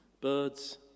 birds